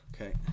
okay